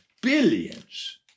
billions